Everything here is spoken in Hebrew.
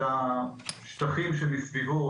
את השטחים שמסביבו,